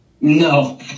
No